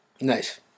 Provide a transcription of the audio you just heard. Nice